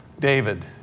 David